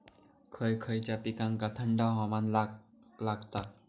खय खयच्या पिकांका थंड हवामान लागतं?